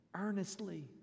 earnestly